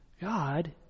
God